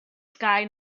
sky